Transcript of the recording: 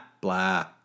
blah